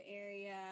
area